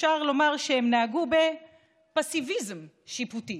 אפשר לומר שהם נהגו בפסיביזם שיפוטי